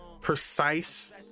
Precise